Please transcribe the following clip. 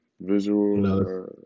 visual